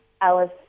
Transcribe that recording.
Alice